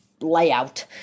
layout